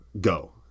go